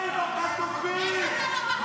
חבר הכנסת קריב, תצא, בבקשה,